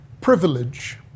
privilege